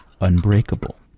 Unbreakable